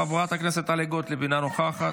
חברת הכנסת טלי גוטליב, אינה נוכחת.